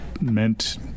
meant